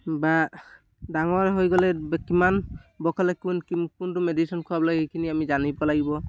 বা ডাঙৰ হৈ গ'লে কিমান বসয় হ'লে কোন কি কোনটো মেডিচিন খোৱাবলৈ সেইখিনি আমি জানিব লাগিব